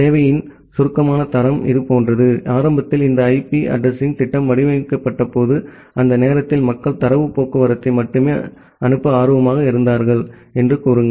சேவையின் சுருக்கமான தரம் இது போன்றது ஆரம்பத்தில் இந்த ஐபி அட்ரஸிங் திட்டம் வடிவமைக்கப்பட்டபோது அந்த நேரத்தில் மக்கள் தரவு போக்குவரத்தை மட்டுமே அனுப்ப ஆர்வமாக இருந்தார்கள் என்று கூறுங்கள்